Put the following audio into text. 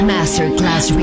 Masterclass